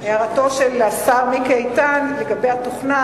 להערת השר מיקי איתן לגבי התוכנה,